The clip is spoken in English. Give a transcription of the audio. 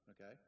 okay